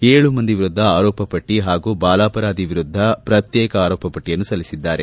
ಏಳು ಮಂದಿ ವಿರುದ್ಧ ಆರೋಪ ಪಟ್ಟ ಹಾಗೂ ಬಾಲಾಪರಾಧಿ ವಿರುದ್ಧ ಪ್ರತ್ಯೇಕ ಆರೋಪ ಪಟ್ಟಯನ್ನು ಸಲ್ಲಿಸಿದ್ದಾರೆ